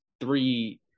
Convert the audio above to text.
three